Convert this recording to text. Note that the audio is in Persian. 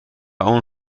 اون